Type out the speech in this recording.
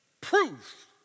proof